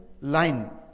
line